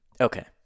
Okay